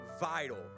vital